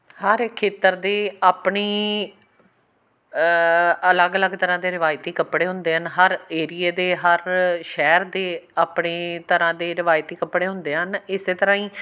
ਹਰ ਇੱਕ ਖੇਤਰ ਦੀ ਆਪਣੀ ਅਲੱਗ ਅਲੱਗ ਤਰ੍ਹਾਂ ਦੇ ਰਵਾਇਤੀ ਕੱਪੜੇ ਹੁੰਦੇ ਹਨ ਹਰ ਏਰੀਏ ਦੇ ਹਰ ਸ਼ਹਿਰ ਦੇ ਆਪਣੇ ਤਰ੍ਹਾਂ ਦੇ ਰਵਾਇਤੀ ਕੱਪੜੇ ਹੁੰਦੇ ਹਨ ਇਸੇ ਤਰ੍ਹਾਂ ਹੀ